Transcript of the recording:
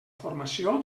formació